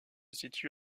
situe